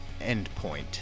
Endpoint